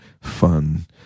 fun